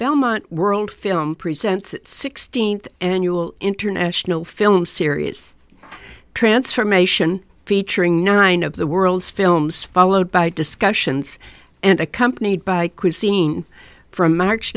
belmont world film presents sixteenth annual international film series transformation featuring nine of the world's films followed by discussions and accompanied by cuisine from march